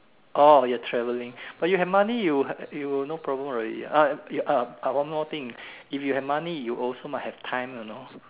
orh your traveling but you have money you uh you no problem already ah uh ah one more thing if you have money you also must have time you know